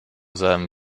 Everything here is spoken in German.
seinem